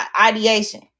ideation